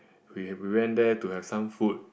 we have we went there to have some food